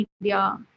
media